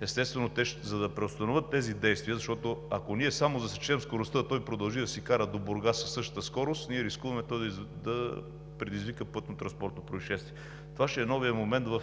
Естествено, те, за да преустановят тези действия, защото, ако ние само засечем скоростта, а той продължи да си кара до Бургас със същата скорост, рискуваме той да предизвика пътнотранспортно произшествие. Това ще е новият момент в